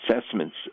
assessments